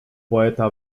poeta